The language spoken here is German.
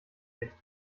nicht